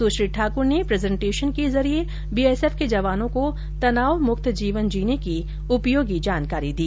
सुश्री ठाकूर ने प्रेजेंटेशन के जरिये बीएसएफ के जवानों को तनाव मुक्त जीवन जीने की उपयोगी जानकारी दी